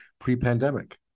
pre-pandemic